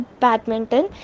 badminton